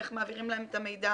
איך מעבירים להם את המידע?